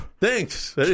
Thanks